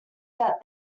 that